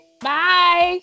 Bye